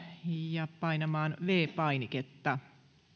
ja painamaan viides painiketta